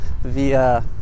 via